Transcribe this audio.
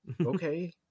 okay